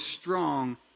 strong